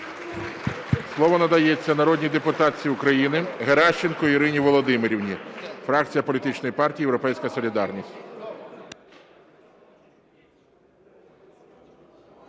Слово надається народній депутатці України Геращенко Ірині Володимирівні, фракція політичної партії "Європейська солідарність".